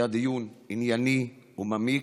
הוא היה דיון ענייני ומעמיק,